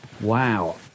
wow